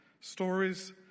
Stories